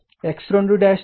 X2 ని జోడిస్తే అది 0